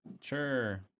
Sure